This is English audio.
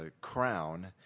crown